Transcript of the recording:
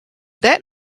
that